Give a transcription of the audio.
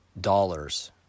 dollars